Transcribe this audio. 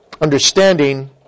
understanding